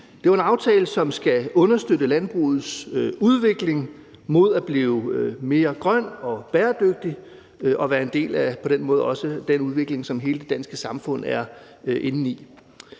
Det er jo en aftale, som skal understøtte landbrugets udvikling mod at blive mere grøn og bæredygtig og på den måde være en del af den udvikling, som hele det danske samfund er inde i.